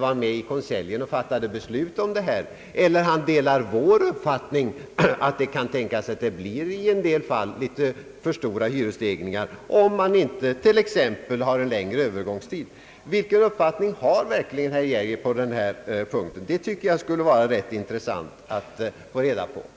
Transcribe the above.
var med i konseljen och fattade beslut om propositionen eller om han delar vår uppfattning att det kan tänkas i en del fall bli litet för stora hyresstegringar om man inte t.ex. har en längre övergångstid. Det skulle vara intressant att få reda på vilken uppfattning herr Geijer har i dag på denna punkt.